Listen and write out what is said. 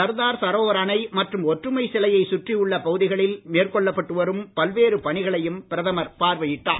சர்தார் சரோவர் அணை மற்றும் ஒற்றுமை சிலையை சுற்றி உள்ள பகுதிகளில் மேற்கொள்ளப்பட்டு வரும் பல்வேறு பணிகளையும் பிரதமர் பார்வையிட்டார்